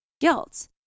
guilt